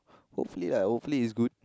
hopefully hopefully it's good